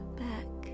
back